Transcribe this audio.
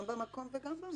גם במקום וגם במשפט.